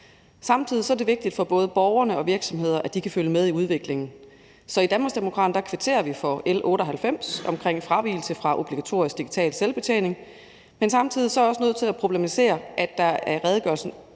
Samtidig er det vigtigt for både borgerne og virksomhederne, at de kan følge med i udviklingen, så i Danmarksdemokraterne kvitterer vi for L 98 om fravigelse fra obligatorisk digital selvbetjening, men samtidig er jeg også nødt til at problematisere, at der af redegørelsen